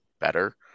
better